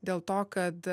dėl to kad